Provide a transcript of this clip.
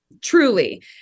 Truly